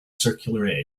circular